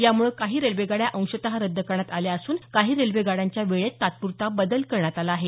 यामुळे काही रेल्वेगाड्या अंशत रद्द करण्यात आल्या असून काही रेल्वे गाड्यांच्या वेळेत तात्पुरता बदल करण्यात आला आहे